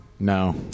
No